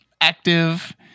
active